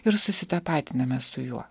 ir susitapatiname su juo